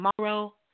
tomorrow